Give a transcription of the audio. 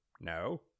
No